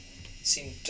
seemed